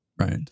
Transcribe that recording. right